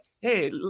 hey